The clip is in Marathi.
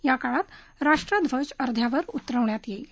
याकाळात राष्ट्रध्वज अध्यावर उतरवण्यात येईल